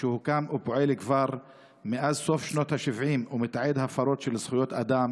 שהוקם ופועל כבר מאז סוף שנות השבעים ומתעד הפרות של זכויות אדם